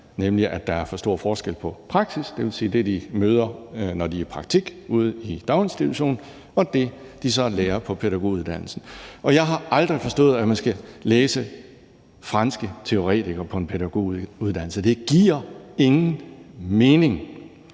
nemlig at der er for stor forskel på praksis, det vil sige det, de møder, når de er i praktik ude på daginstitutionen, og det, de så lærer på pædagoguddannelsen. Og jeg har aldrig forstået, at man skal læse franske teoretikere på en pædagoguddannelse; det giver ingen mening.